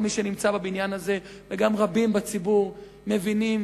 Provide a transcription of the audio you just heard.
כל מי שנמצא בבניין הזה וגם רבים בציבור מבינים